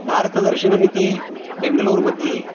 भारतदर्शनम् इति बेङ्गलूरुमध्ये